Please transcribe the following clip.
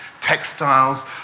textiles